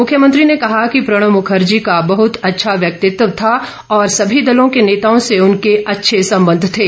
मुख्यमंत्री ने कहा कि प्रणब मुखर्जी का बहत अच्छा व्यंक्तित्व था और सभी दलों के नेताओं से उनके अच्छे संबंध थे